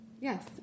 Yes